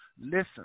Listen